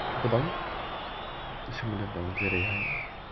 गोबां सोमोन्दो दं जेरैहाय